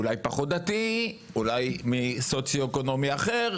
אולי פחות דתי, אולי מסוציו-אקונומי אחר.